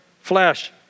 flesh